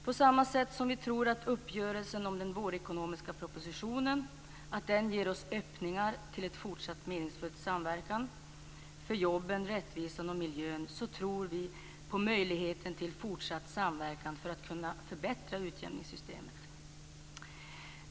På samma sätt som vi tror att uppgörelsen om den vårekonomiska propositionen ger oss öppningar till en fortsatt meningsfull samverkan för jobben, rättvisan och miljön tror vi på möjligheten till fortsatt samverkan för att kunna förbättra utjämningssystemet.